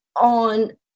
on